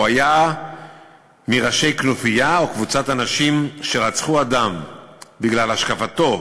או היה מראשי כנופיה או קבוצת אנשים שרצחו אדם בגלל השקפתו,